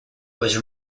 was